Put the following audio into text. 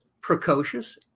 precocious